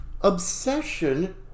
obsession